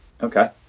okay